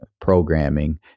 programming